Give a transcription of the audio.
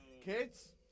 Kids